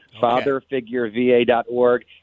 Fatherfigureva.org